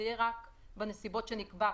זה יהיה רק בנסיבות שנקבע,